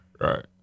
right